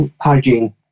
hygiene